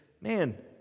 man